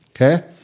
Okay